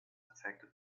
affected